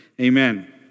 Amen